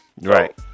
right